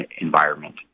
environment